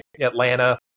Atlanta